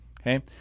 okay